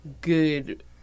good